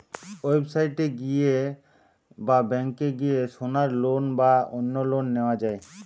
website এ গিয়ে বা ব্যাংকে গিয়ে সোনার লোন বা অন্য লোন নেওয়া যায়